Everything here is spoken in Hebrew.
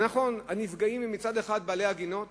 נכון, הנפגעים הם מצד אחד בעלי הגינות,